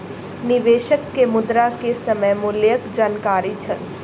निवेशक के मुद्रा के समय मूल्यक जानकारी छल